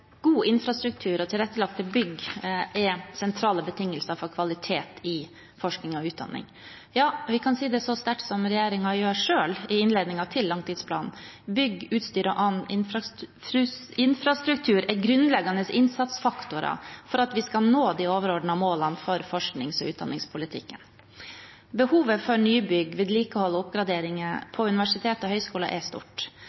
God infrastruktur og tilrettelagte bygg er sentrale betingelser for kvalitet i forskning og utdanning, ja, vi kan si det så sterkt som regjeringen gjør selv i innledningen til langtidsplanen: «Bygg, utstyr og annen infrastruktur er grunnleggende innsatsfaktorer for å nå overordnede mål for forsknings- og utdanningspolitikken.» Behovet for nybygg, vedlikehold og oppgraderinger